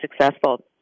successful